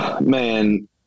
Man